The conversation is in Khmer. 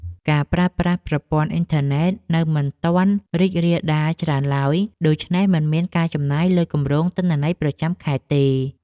ការប្រើប្រាស់ប្រព័ន្ធអ៊ីនធឺណិតនៅមិនទាន់រីករាលដាលច្រើនឡើយ ដូច្នេះមិនមានការចំណាយលើគម្រោងទិន្នន័យប្រចាំខែទេ។